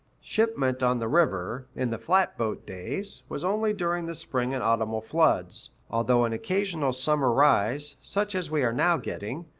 shipment on the river, in the flatboat days, was only during the spring and autumnal floods although an occasional summer rise, such as we are now getting,